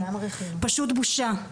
פשוט בושה.